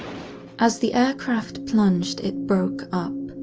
as the aircraft plunged, it broke up.